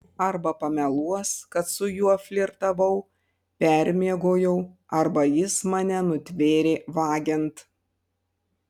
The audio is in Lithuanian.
arba pameluos kad su juo flirtavau permiegojau arba jis mane nutvėrė vagiant